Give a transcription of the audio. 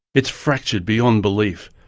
it's fractured beyond belief,